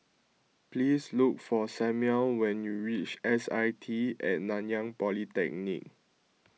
please look for Samual when you reach S I T at Nanyang Polytechnic